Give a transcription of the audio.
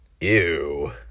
Ew